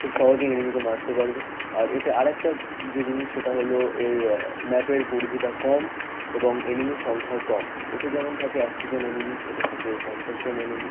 খুব সহজেই এনিমিকে মারতে পারবে আর এতে আরেকটা যে জিনিস সেটা হলো এর ম্যাপের পরিধিটা কম এবং এনিমি সংখ্যাও কম ওতে যেমন থাকে একশোজন এনিমি এতে থাকে পঞ্চাশজন এনিমি